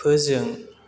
फोजों